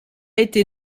été